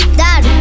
dad